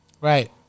Right